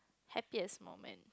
happiest moment